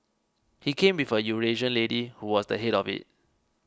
he came with a Eurasian lady who was the head of it